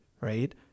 right